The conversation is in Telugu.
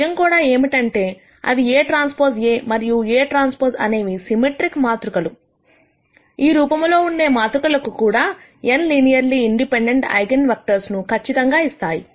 నిజం కూడా ఏమిటంటే అది AT A మరియు AT అనేవి సిమెట్రిక్ మాతృకలు ఈ రూపంలో ఉండే మాతృకలకు కూడా n linearly independent eigen vectors ను కచ్చితంగా ఇస్తాయి